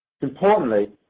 Importantly